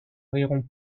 riront